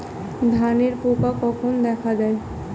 ধানের পোকা কখন দেখা দেয়?